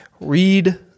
Read